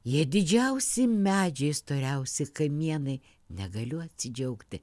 jie didžiausi medžiai storiausi kamienai negaliu atsidžiaugti